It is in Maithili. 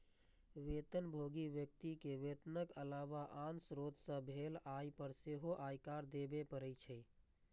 वेतनभोगी व्यक्ति कें वेतनक अलावा आन स्रोत सं भेल आय पर सेहो आयकर देबे पड़ै छै